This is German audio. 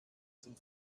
zum